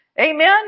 Amen